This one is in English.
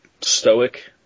stoic